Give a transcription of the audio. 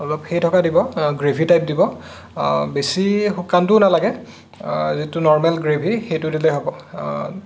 অলপ সেই থকা দিব গ্ৰেভি টাইপ দিব বেছি শুকানটোও নালাগে যিটো নৰ্মেল গ্ৰেভি সেইটো দিলে হ'ব